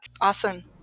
Awesome